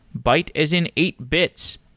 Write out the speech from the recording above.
byte as in eight bits.